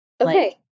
okay